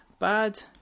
Bad